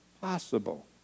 possible